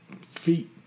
feet